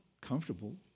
comfortable